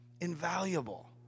Invaluable